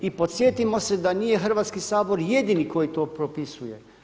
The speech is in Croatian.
I podsjetimo se da nije Hrvatski sabor jedini koji to propisuje.